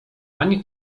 ani